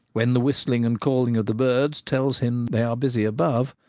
when the whistling and calling of the birds tell him they are busy above,